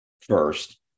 first